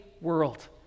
world